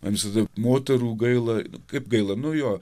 man visada moterų gaila kaip gaila nu jo